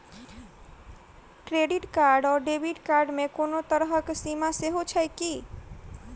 Credit card आओर debit card मे कोनो तरहक सीमा सेहो छैक की?